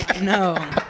No